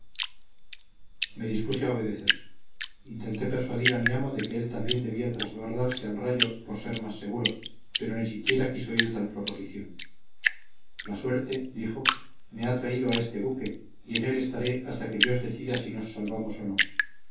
me dispuse a obedecer intenté persuadir a mi amo de que él también debía transbordarse al rayo por ser más seguro pero ni siquiera quiso oír tal proposición la suerte dijo me ha traído a este buque y en él estaré hasta que dios decida si nos salvamos o no